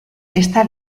esta